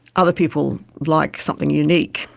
other people like something unique,